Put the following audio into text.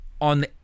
on